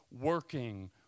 working